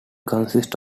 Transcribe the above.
consists